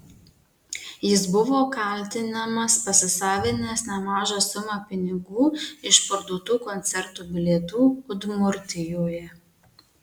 jis buvo kaltinamas pasisavinęs nemažą sumą pinigų iš parduotų koncertų bilietų udmurtijoje